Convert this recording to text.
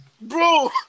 Bro